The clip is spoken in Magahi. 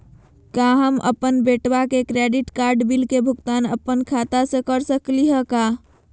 का हम अपन बेटवा के क्रेडिट कार्ड बिल के भुगतान अपन खाता स कर सकली का हे?